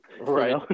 Right